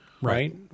Right